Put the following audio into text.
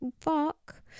fuck